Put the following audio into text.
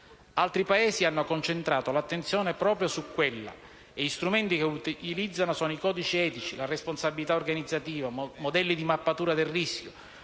Altri Paesi hanno concentrato l'attenzione proprio su quella e gli strumenti che utilizzano sono i codici etici, la responsabilità organizzativa, modelli di mappatura del rischio,